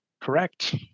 Correct